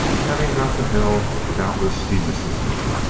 having got to hell, doubtless he misses me.